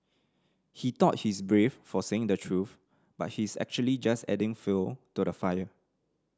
he thought he's brave for saying the truth but he's actually just adding fuel to the fire